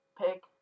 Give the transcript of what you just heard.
pick